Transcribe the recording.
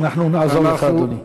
אנחנו נעזור לך, אדוני.